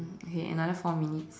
mm okay another four minutes